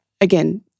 again